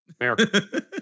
America